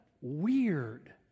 weird